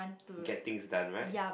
get things done right